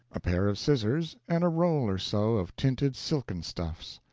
a pair of scissors, and a roll or so of tinted silken stuffs.